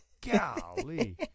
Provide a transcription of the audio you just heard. golly